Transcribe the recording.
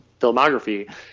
filmography